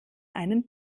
einen